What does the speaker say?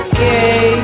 Okay